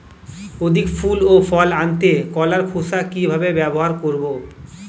অধিক ফুল ও ফল আনতে কলার খোসা কিভাবে ব্যবহার করব?